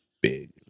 big